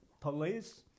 police